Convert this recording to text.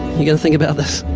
you going to think about this? i